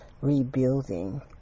rebuilding